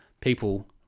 people